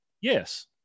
Yes